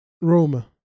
Roma